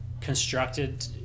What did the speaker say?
constructed